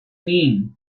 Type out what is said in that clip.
mean